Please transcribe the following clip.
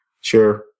Sure